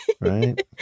right